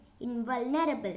invulnerable